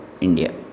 India